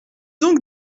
donc